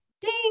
ding